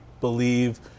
believe